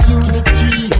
unity